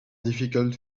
difficult